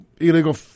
illegal